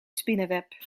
spinnenweb